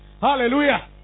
Hallelujah